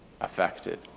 affected